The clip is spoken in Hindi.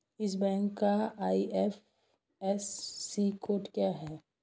इस बैंक का आई.एफ.एस.सी कोड क्या है?